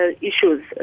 issues